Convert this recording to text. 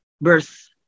birth